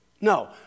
No